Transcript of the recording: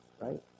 right